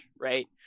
right